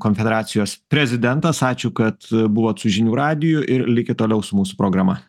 konfederacijos prezidentas ačiū kad buvot su žinių radiju ir likit toliau su mūsų programa